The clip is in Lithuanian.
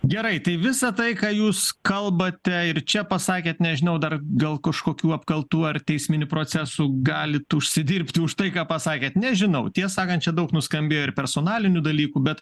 gerai tai visa tai ką jūs kalbate ir čia pasakėt nežinau dar gal kažkokių apkaltų ar teisminių procesų galit užsidirbti už tai ką pasakėt nežinau tiesakant čia daug nuskambėjo ir personalinių dalykų bet